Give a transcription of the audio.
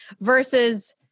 Versus